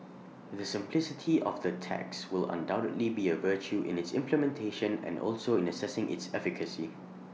the simplicity of the tax will undoubtedly be A virtue in its implementation and also in assessing its efficacy